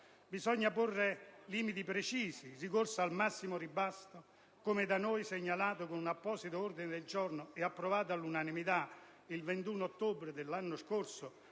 Bisogna porre limiti precisi: il ricorso al massimo ribasso d'asta, come da noi segnalato in un apposito ordine del giorno approvato all'unanimità dal Senato il 21 ottobre dello scorso